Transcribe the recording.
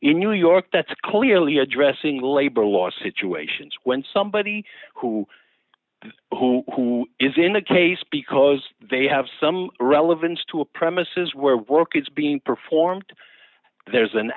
in new york that's clearly addressing labor law situations when somebody who who is in the case because they have some relevance to a premises where work is being performed there's an